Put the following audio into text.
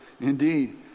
Indeed